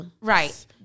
Right